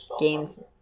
games